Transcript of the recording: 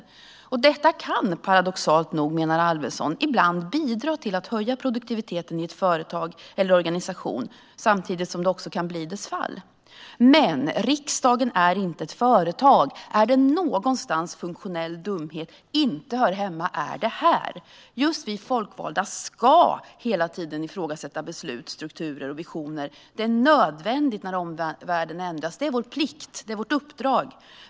Alvesson menar att detta paradoxalt nog ibland kan bidra till att höja produktiviteten i ett företag eller i en organisation, samtidigt som det också kan bli dess fall. Men riksdagen är inte ett företag. Är det någonstans som funktionell dumhet inte hör hemma så är det här. Vi folkvalda ska hela tiden ifrågasätta beslut, strukturer och visioner. Det är nödvändigt när omvärlden ändras. Det är vår plikt och vårt uppdrag.